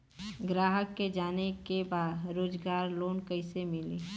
ग्राहक के जाने के बा रोजगार लोन कईसे मिली?